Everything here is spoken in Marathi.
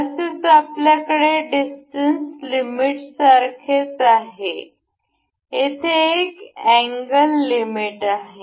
तसेच आपल्याकडे डिस्टन्स लिमिटसारखेच आहे येथे एक अँगल लिमिट आहे